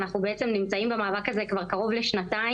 אנחנו נמצאים במאבק הזה כבר קרוב לשנתיים.